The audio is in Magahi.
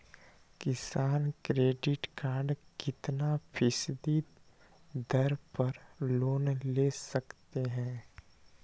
किसान क्रेडिट कार्ड कितना फीसदी दर पर लोन ले सकते हैं?